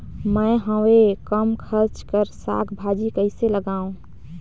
मैं हवे कम खर्च कर साग भाजी कइसे लगाव?